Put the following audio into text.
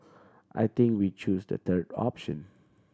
I think we chose the third option